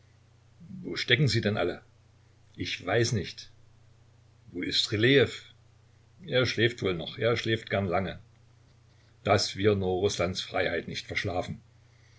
wo stecken sie denn alle ich weiß nicht wo ist rylejew er schläft wohl noch er schläft gern lange daß wir nur rußlands freiheit nicht verschlafen